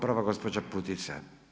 Prva gospođa Putica.